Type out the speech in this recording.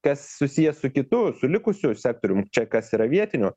kas susiję su kitu su likusiu sektorium čia kas yra vietiniu